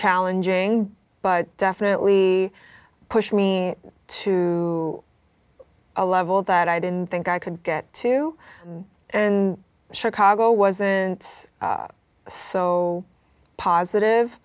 challenging but definitely pushed me to a level that i didn't think i could get to and chicago wasn't so positive